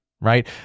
right